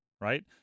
right